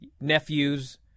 nephews